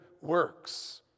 works